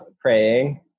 praying